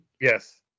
Yes